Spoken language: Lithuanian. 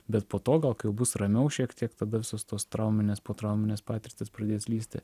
bet po gal kai jau bus ramiau šiek tiek tada visos tos trauminės potrauminės patirtis pradės lįsti